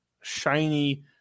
shiny